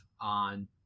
on